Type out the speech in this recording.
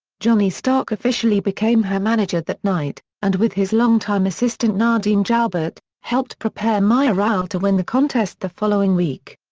johnny stark officially became her manager that night, and with his longtime assistant nadine joubert, helped prepare mireille to win the contest the following week.